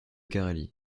carélie